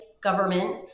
government